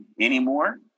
anymore